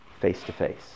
face-to-face